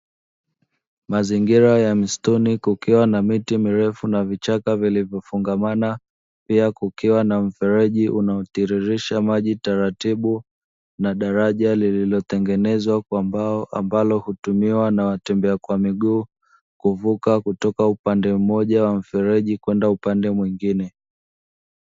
Mazingira ya msituni kukuwa na miti mirefu na vichaka vilivyofungamana, pia kukiwa na mfereji unaotiririsha maji taratibu na daraja lililotengenezwa kwa mbao, ambalo hutumiwa na watembea kwa miguu kuvuka kutoka upande mmoja wa mfereji kwenda upande mwingine.